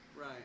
right